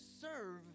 Serve